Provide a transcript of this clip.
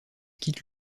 quitte